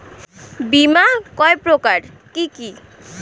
বীমা কয় প্রকার কি কি?